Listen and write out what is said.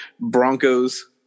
Broncos